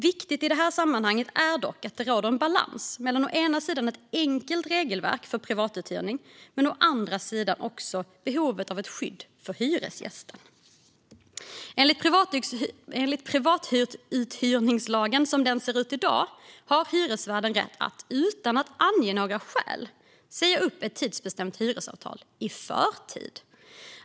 Viktigt i sammanhanget är dock att det råder balans mellan å ena sidan ett enkelt regelverk för privatuthyrning och å andra sidan behovet av skydd för hyresgäster. Enligt privatuthyrningslagen som den ser ut i dag har hyresvärden rätt att utan att ange några skäl säga upp ett tidsbestämt hyresavtal i förtid.